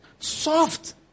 soft